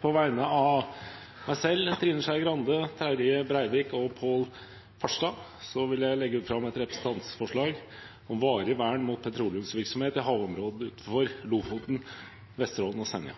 På vegne av Trine Skei Grande, Terje Breivik, Pål Farstad og meg selv vil jeg legge fram et representantforslag om varig vern mot petroleumsvirksomhet i havområdene utenfor Lofoten, Vesterålen og Senja.